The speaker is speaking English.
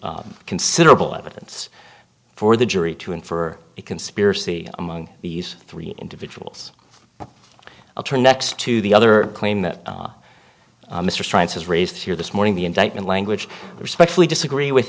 considerable evidence for the jury to and for a conspiracy among these three individuals i'll turn next to the other claim that mr francis raised here this morning the indictment language respectfully disagree with